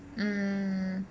um